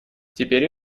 теперь